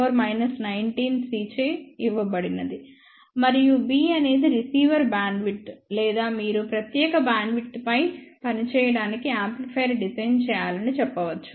6× 10 19 C చే ఇవ్వబడినది మరియు B అనేది రిసీవర్ బ్యాండ్విడ్త్ లేదా మీరు ప్రత్యేక బ్యాండ్విడ్త్ పై పనిచేయడానికి యాంప్లిఫైయర్ డిజైన్ చేయాలని చెప్పవచ్చు